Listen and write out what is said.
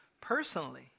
personally